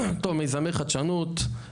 מיזמי חדשנות,